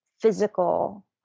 physical